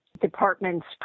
department's